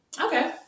Okay